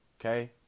Okay